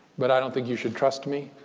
but i don't think you should trust me.